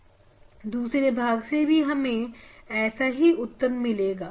दूसरे भाग से भी हमें ऐसा ही उत्तर मिलेगा